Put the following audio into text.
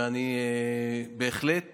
ואני בהחלט